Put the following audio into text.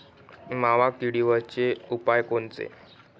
मावा किडीवरचे उपाव कोनचे?